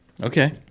Okay